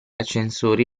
ascensori